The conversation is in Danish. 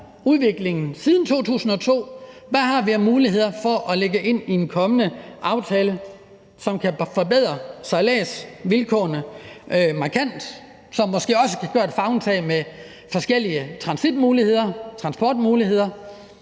udviklingen siden 2002 siger, og hvad har vi af muligheder for at lægge det ind i en kommende aftale, som kan forbedre sejladsvilkårene markant, og som måske også kan tage et favntag med forskellige transitmuligheder, transportmuligheder.